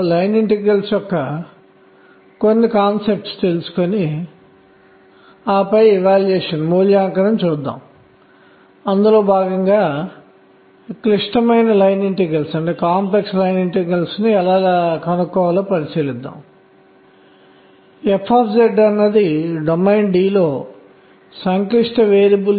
nucleus కేంద్రకం కి kZe24π0 మరియు మనము పొందినది ఏమిటంటే n వ స్థాయికి ఎనర్జీ కొంత స్థిరంగా ఇవ్వబడింది కానీ ముఖ్యమైన విషయం ఏమిటంటే nrn|n|2 ఉంది